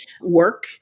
work